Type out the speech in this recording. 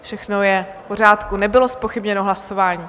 Všechno je v pořádku, nebylo zpochybněno hlasování.